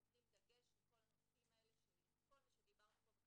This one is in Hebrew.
גם שם אנחנו נותנים דגש על כל הנושאים של כל מה שדיברנו פה,